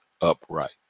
upright